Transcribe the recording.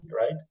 Right